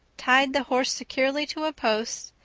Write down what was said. tied the horse securely to a post,